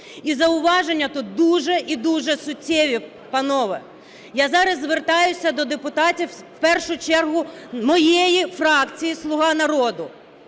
і зауваження тут дуже і дуже суттєві, панове. Я зараз звертаюся до депутатів в першу чергу моєї фракції "Слуга народу".